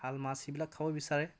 শাল মাছ সেইবিলাক খাব বিচাৰে